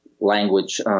language